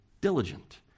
diligent